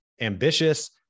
ambitious